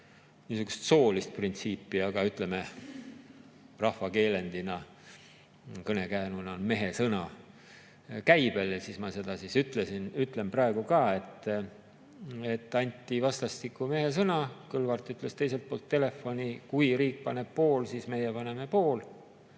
niisugust soolist printsiipi, aga ütleme, kuivõrd rahvakeelendina, kõnekäänuna on "mehesõna" käibel, siis ma seda ütlesin ja ütlen praegu ka, et anti vastastikku mehesõna. Kõlvart ütles teisel pool telefoni: "Kui riik paneb pool, siis meie paneme pool."